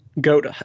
goat